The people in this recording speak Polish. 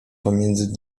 pomiędzy